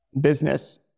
business